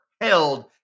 held